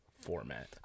format